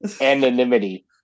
Anonymity